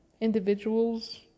individuals